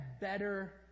better